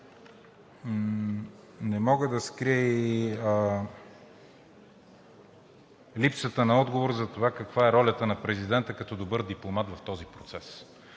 Не мога да скрия и липсата на отговор за това каква е ролята на президента като добър дипломат в този процес.